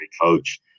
coach